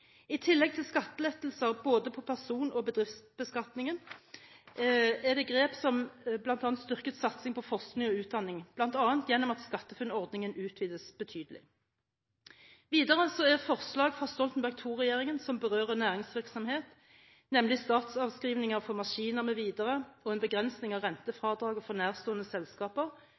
I tillegg til skattelettelser både på person- og bedriftsbeskatningen er det grep som bl.a. styrket satsing på forskning og utdanning, bl.a. gjennom at SkatteFUNN-ordningen utvides betydelig. Videre er forslag fra Stoltenberg II-regjeringen som berører næringsvirksomhet, nemlig startavskrivninger for maskiner mv. og en begrensning av rentefradraget for nærstående selskaper,